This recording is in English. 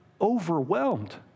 overwhelmed